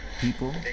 people